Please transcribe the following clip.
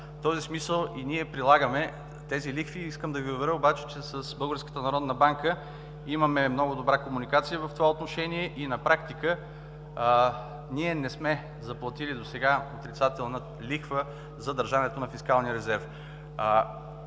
В този смисъл и ние прилагаме тези лихви. Искам да Ви уверя обаче, че с Българската народна банка имаме много добра комуникация в това отношение и на практика ние не сме заплатили досега отрицателна лихва за държането на фискалния резерв.